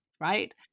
right